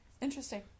Interesting